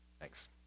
Thanks